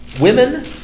women